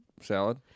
salad